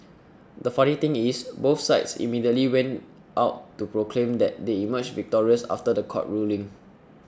the funny thing is both sides immediately went out to proclaim that they emerged victorious after the court ruling